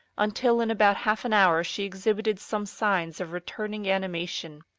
until, in about half an hour, she exhibited some signs of returning animation.